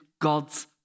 God's